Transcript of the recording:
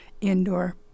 indoor